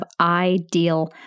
ideal